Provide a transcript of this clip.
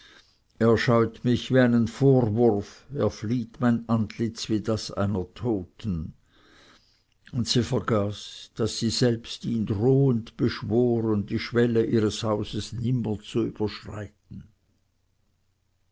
scheut mich wie einen vorwurf er flieht mein antlitz wie das einer toten und sie vergaß daß sie selbst ihn drohend beschworen die schwelle ihres hauses nimmermehr zu überschreiten